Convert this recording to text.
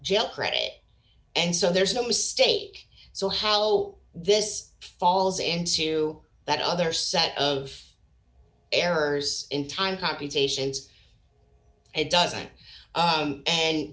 jail credit and so there is no mistake so hallow this falls into that other set of errors in time computations it doesn't